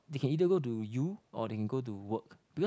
they can either go to U or they can go to work because